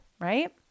right